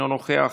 אינו נוכח,